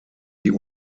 die